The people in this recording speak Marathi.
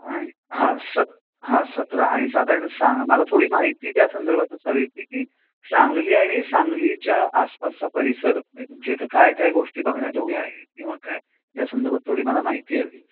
आणि हां सत हांं सतरा आणि साधारण सांग मला थोडी माहिती त्या संदर्भातच हवी होती की सांगली आणि सांगलीच्या आसपासचा परिसर म्हणजे तुमच्या इथं काय काय गोष्टी बघण्याजोग्या आहेत किंवा काय या संदर्भात थोडी मला माहिती हवी